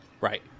Right